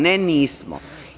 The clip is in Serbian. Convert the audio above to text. Ne, nismo.